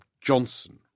Johnson